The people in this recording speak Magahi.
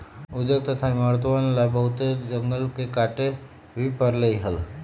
उद्योग तथा इमरतवन ला बहुत जंगलवन के काटे भी पड़ले हल